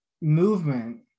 movement